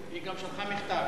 היא גם שלחה מכתב.